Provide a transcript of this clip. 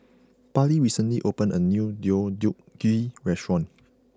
Parlee recently opened a new Deodeok Gui restaurant